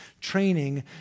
training